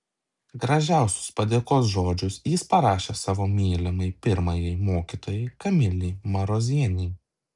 gražiausius padėkos žodžius jis parašė savo mylimai pirmajai mokytojai kamilei marozienei